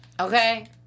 okay